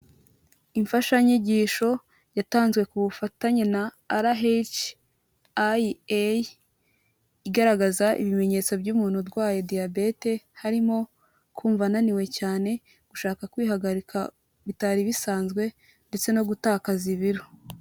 Imfashanyigisho yatanzwe ku bufatanye na RHIA igaragaza ibimenyetso by'umuntu urwaye diyabete harimo kumva ananiwe cyane, gushaka kwihagarika bitari bisanzwe ndetse no gutakaza ibiro.